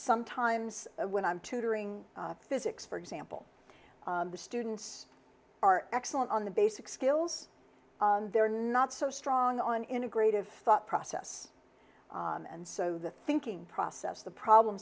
sometimes when i'm tutoring physics for example the students are excellent on the basic skills they're not so strong on integrative thought process and so the thinking process the problem